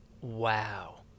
Wow